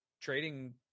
trading